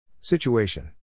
Situation